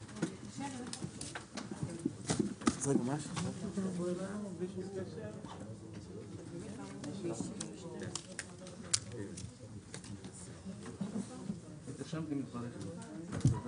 11:09.